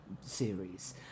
series